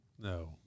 No